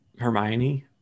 Hermione